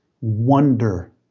wonder